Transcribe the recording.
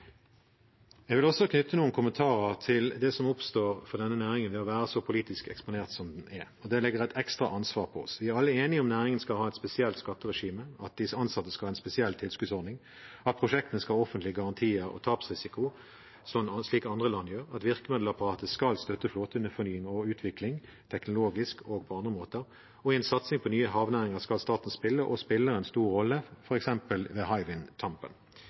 kommentarer til det som oppstår for denne næringen ved å være så politisk eksponert som den er. Det legger et ekstra ansvar på oss. Vi er alle enige om at næringen skal ha et spesielt skatteregime, at ansatte skal ha en spesiell tilskuddsordning, at prosjektene skal ha offentlige garantier om tapsrisiko, slik andre land gjør, at virkemiddelapparatet skal støtte flåtefornying og utvikling teknologisk og på andre måter, og i en satsing på nye havnæringer skal staten spille og spiller en stor rolle, f.eks ved